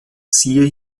siehe